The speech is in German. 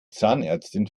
zahnärztin